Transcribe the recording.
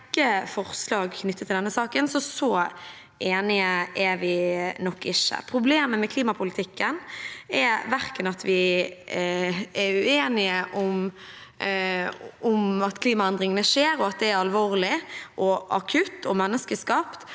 rekke forslag knyttet til denne saken, så så enige er vi nok ikke. Problemet med klimapolitikken er ikke at vi er uenige om at klimaendringene skjer, og at det er alvorlig, akutt og menneskeskapt,